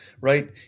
right